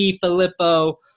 Filippo